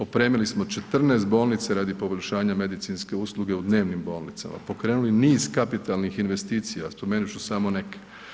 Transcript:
Opremili smo 14 bolnica radi poboljšanja medicinske usluge u dnevnim bolnicama, pokrenuli niz kapitalnih investicija, spomenuti ću samo neke.